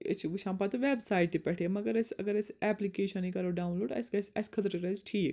أسۍ چھِ وُچھان پتہٕ ویٚب سایٹہِ پٮ۪ٹھ یہِ مگر أسۍ اگر أسۍ ایٚپلِکیشنٕے کَرو ڈاوُن لوڈ اسہِ گَژھہِ اسہِ خٲطرٕ روزِ ٹھیٖک